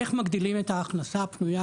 איך מגדילים את ההכנסה הפנויה